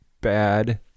bad